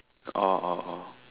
orh orh orh